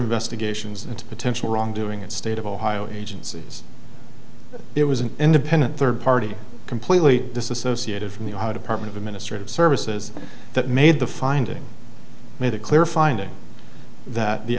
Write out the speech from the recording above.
investigations into potential wrongdoing in state of ohio agencies it was an independent third party completely disassociated from the how department of administrative services that made the finding made it clear finding that the